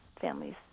families